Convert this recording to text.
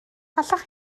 allwch